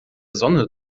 sonne